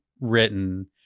written